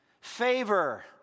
Favor